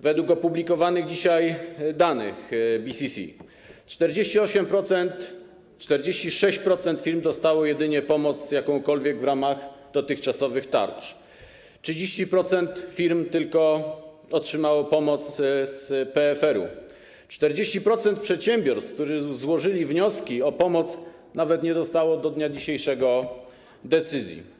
Według opublikowanych dzisiaj danych BCC 48%, 46% firm dostało jedynie jakąkolwiek pomoc w ramach dotychczasowych tarcz, 30% firm otrzymało tylko pomoc z PFR-u, 40% przedsiębiorstw, które złożyły wnioski o pomoc, nawet nie dostały do dnia dzisiejszego decyzji.